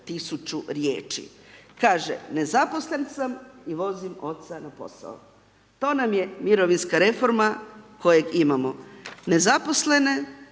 Kaže nezaposlen sam i vozim oca na posao. To vam je mirovinska reforma koje imamo. Nezaposlene